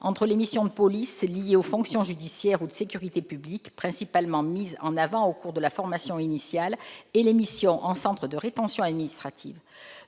entre les missions de police liées aux fonctions judiciaires ou de sécurité publique, principalement mises en avant au cours de la formation initiale, et les missions en centre de rétention administrative.